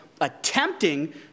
attempting